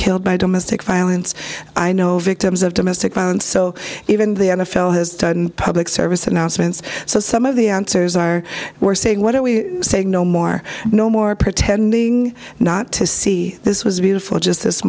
killed by domestic violence i know victims of domestic violence so even the n f l has done public service announcements so some of the answers are we're saying what are we saying no more no more pretending not to see this was beautiful just this